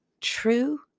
true